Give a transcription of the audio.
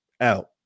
out